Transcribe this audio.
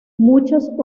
muchos